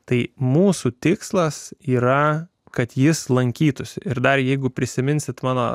tai mūsų tikslas yra kad jis lankytųsi ir dar jeigu prisiminsite mano